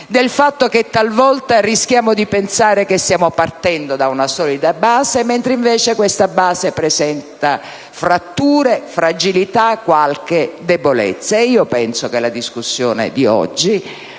del fatto che talvolta rischiamo di pensare che stiamo partendo da una solida base, mentre essa presenta fratture, fragilità e qualche debolezza. Penso quindi che la discussione di oggi